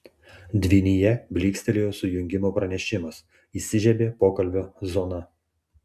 dvynyje blykstelėjo sujungimo pranešimas įsižiebė pokalbio zona